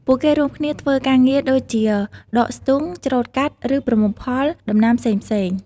ពួកគេរួមគ្នាធ្វើការងារដូចជា ដកស្ទូង ច្រូតកាត់ ឬ ប្រមូលផល ដំណាំផ្សេងៗ។